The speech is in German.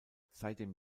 seitdem